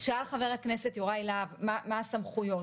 שאל ח"כ יוראי להב מה הסמכויות.